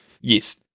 Yes